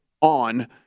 on